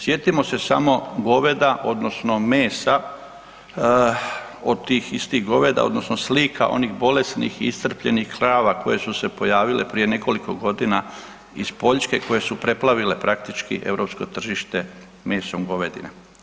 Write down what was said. Sjetimo se samo goveda odnosno mesa od tih istih goveda odnosno slika onih bolesnih i iscrpljenih krava koje su se pojavile prije nekoliko godina iz Poljske koje su preplavile praktički europsko tržište mesom govedine.